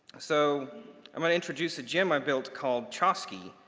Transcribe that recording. so i'm gonna introduce a gem i built called chasqui,